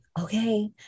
okay